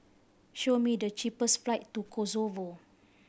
show me the cheapest flight to Kosovo